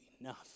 enough